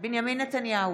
בנימין נתניהו,